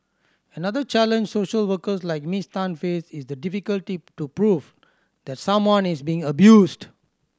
another challenge social workers like Miss Tan face is the difficulty to prove that someone is being abused